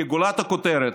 גולת הכותרת,